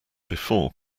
before